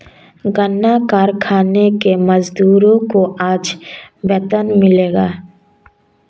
गन्ना कारखाने के मजदूरों को आज वेतन मिलेगा